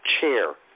chair